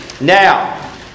Now